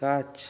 गाछ